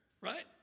right